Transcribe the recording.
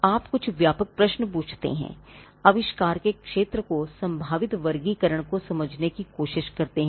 आप कुछ व्यापक प्रश्न पूछते हैं आविष्कार के क्षेत्र को संभावित वर्गीकरण को समझने की कोशिश करते हैं